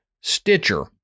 Stitcher